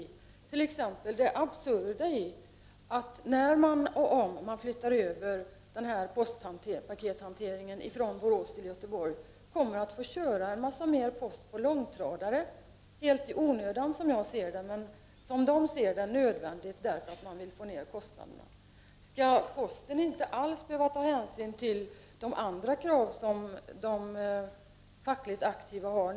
Det gäller t.ex. det absurda i att om man flyttar över pakethanteringen från Borås till Göteborg kommer man att få köra mycket mera post på långtradare. Som jag ser det är det helt i onödan. Som posten ser det är det däremot nödvändigt eftersom man vill få ner kostnaderna. Skall posten inte alls behöva ta hänsyn till de andra krav som de fackligt aktiva har?